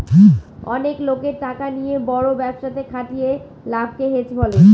অনেক লোকের টাকা নিয়ে বড় ব্যবসাতে খাটিয়ে লাভকে হেজ বলে